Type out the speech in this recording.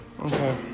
Okay